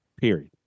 period